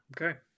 okay